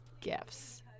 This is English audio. gifts